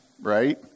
right